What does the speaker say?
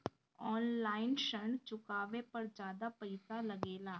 आन line ऋण चुकावे पर ज्यादा पईसा लगेला?